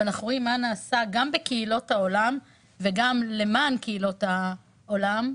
ואנחנו רואים מה נעשה גם בקהילות העולם וגם למען קהילות העולם,